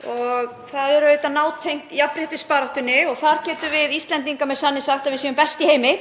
Það er auðvitað nátengt jafnréttisbaráttunni og þar getum við Íslendingar með sanni sagt að við séum best í heimi,